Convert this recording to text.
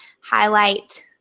Highlight